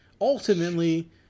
Ultimately